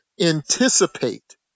anticipate